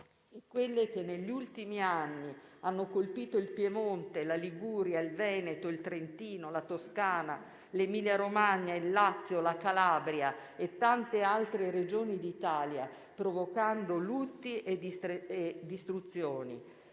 quelle che negli ultimi anni hanno colpito il Piemonte, la Liguria, il Veneto, il Trentino, la Toscana, l'Emilia Romagna, il Lazio, la Calabria e tante altre Regioni d'Italia, provocando lutti e distruzioni.